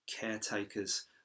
caretakers